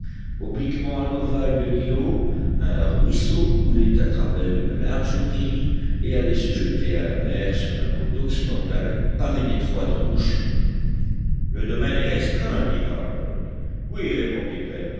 obliquement à l'ovale de l'îlot un ruisseau coulait à travers une large prairie et allait se jeter à la mer sur la côte occidentale par une étroite embouchure le domaine est restreint dit harbert oui répondit